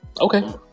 Okay